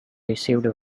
received